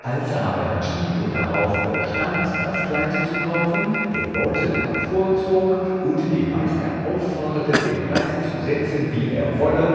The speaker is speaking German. als aber giglio darauf bestand das kleid zu kaufen den beutel hervorzog und den meister aufforderte den preis zu setzen wie er wolle